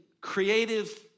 creative